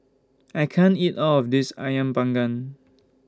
I can't eat All of This Ayam Panggang